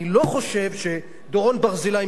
אני לא חושב שדורון ברזילי,